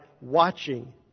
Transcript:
watching